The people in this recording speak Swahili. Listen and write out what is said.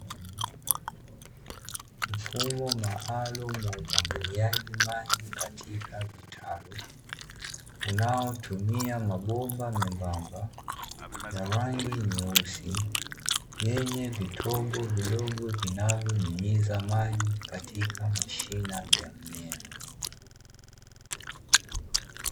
Mfumo maalumu wa umwagiliaji maji katika vitalu unaotumia mabomba membamba ya rangi nyeusi, yenye vitobo vidogo vinavyonyunyiza maji katika mashina ya mmea.